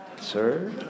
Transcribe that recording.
sir